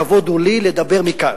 כבוד הוא לי לדבר מכאן,